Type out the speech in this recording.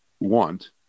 want